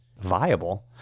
viable